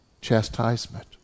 chastisement